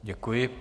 Děkuji.